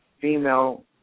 female